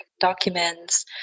documents